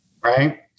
right